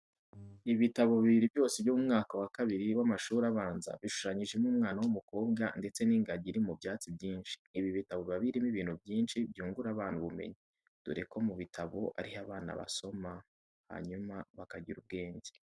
Ibitabo bibiri byose byo mu mwaka wa kabiri w'amashuri abanza bishushanyijeho umwana w'umukobwa ndetse n'ingagi iri mu byatsi byinshi. Ibi bitabo biba birimo ibintu byinshi byungura abana ubumenyi, dore ko mu bitabo ariho abana basoma hanyuma bakagira ubwenge.